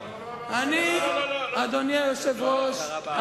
אדוני היושב-ראש,